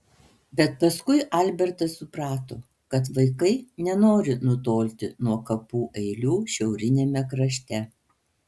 bet paskui albertas suprato kad vaikai nenori nutolti nuo kapų eilių šiauriniame krašte